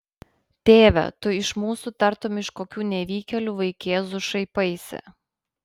tėve tu iš mūsų tartum iš kokių nevykėlių vaikėzų šaipaisi